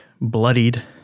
bloodied